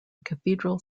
cathedral